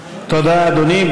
תודה, אדוני.